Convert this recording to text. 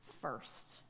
first